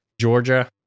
Georgia